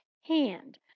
hand